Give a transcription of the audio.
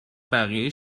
بقیه